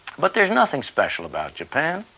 but there is nothing special about japan.